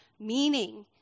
meaning